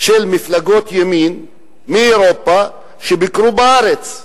של מפלגות ימין מאירופה בארץ,